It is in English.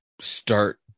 start